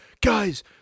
guys